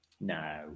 No